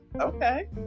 okay